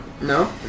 no